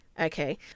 Okay